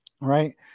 right